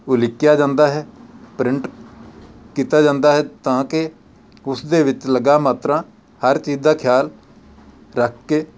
ਉਲੀਕਿਆ ਜਾਂਦਾ ਹੈ ਪ੍ਰਿੰਟ ਕੀਤਾ ਜਾਂਦਾ ਹੈ ਤਾਂ ਕਿ ਉਸ ਦੇ ਵਿੱਚ ਲਗਾਂ ਮਾਤਰਾ ਹਰ ਚੀਜ਼ ਦਾ ਖਿਆਲ ਰੱਖ ਕੇ